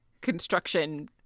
construction